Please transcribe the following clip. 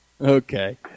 Okay